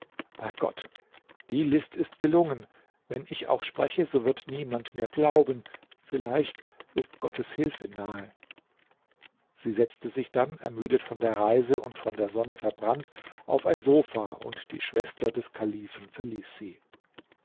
bei gott die list ist gelungen wenn ich auch spreche so wird niemand mir glauben vielleicht ist gottes hilfe nahe sie setzte sich dann ermüdet von der reise und von der sonne verbrannt auf ein sofa und die schwester des kalifen verließ sie